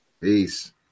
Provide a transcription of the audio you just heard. Peace